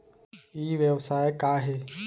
ई व्यवसाय का हे?